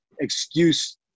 Excuse